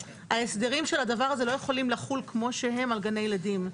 ההסדרים של הדבר הזה לא יכולים לחול כמו שהם על גני ילדים.